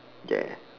ya